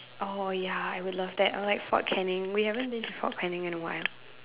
oh ya I would love that or like Fort Canning we haven't been to Fort Canning in a while